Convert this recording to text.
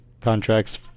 contracts